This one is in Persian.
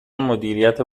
مدیریت